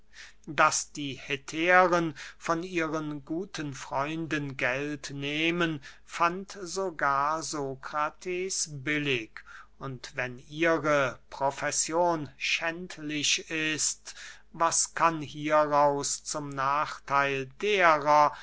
daß die hetären von ihren guten freunden geld nehmen fand sogar sokrates billig und wenn ihre profession schändlich ist was kann hieraus zum nachtheil derer